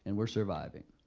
and we're survivoring.